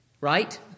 right